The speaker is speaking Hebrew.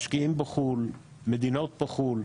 משקיעים בחו"ל, מדינות בחו"ל,